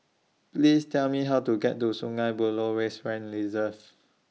Please Tell Me How to get to Sungei Buloh Wetland Reserve